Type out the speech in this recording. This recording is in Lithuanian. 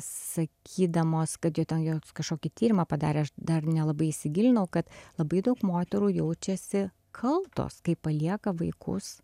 sakydamos kad jo ten jos kažkokį tyrimą padarė aš dar nelabai įsigilinau kad labai daug moterų jaučiasi kaltos kai palieka vaikus